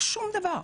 שום דבר.